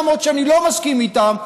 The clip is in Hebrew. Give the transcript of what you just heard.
למרות שאני לא מסכים איתם,